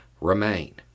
remain